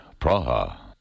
Praha